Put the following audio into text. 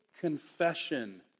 confession